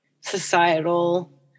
societal